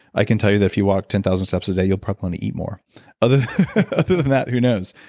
i can tell you that if you walk ten thousand steps a day you'll probably gonna eat more other than that who knows?